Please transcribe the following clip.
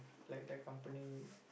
like the company